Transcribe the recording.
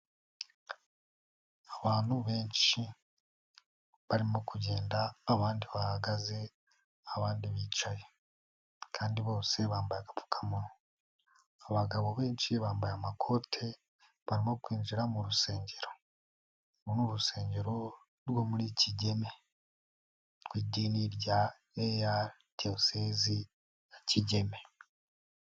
Abantu benshi, barimo kugenda abandi bahagaze, abandi bicaye. Kandi bose bambaye agapfukamunwa. Abagabo benshi bambaye amakote, barimo kwinjira mu rusengero. Uru ni urusengero rwo muri Kigeme. Rw'idini rya eyari Diyoseze ya Kigeme.